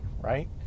right